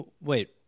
Wait